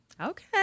Okay